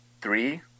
three